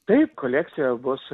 taip kolekcija bus